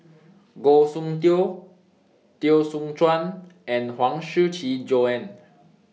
Goh Soon Tioe Teo Soon Chuan and Huang Shiqi Joan